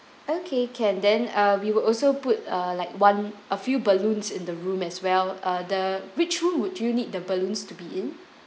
okay can then uh we will also put uh like one a few balloons in the room as well uh the which room would you need the balloons to be in